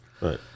Right